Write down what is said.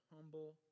humble